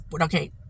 Okay